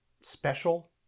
special